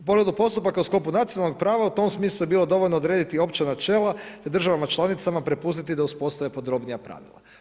U pogledu postupaka nacionalnog prava u tom smislu je bilo dovoljno odrediti opća načela državama članicama prepustiti da uspostave podrobnija pravila.